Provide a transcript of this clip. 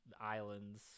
islands